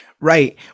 Right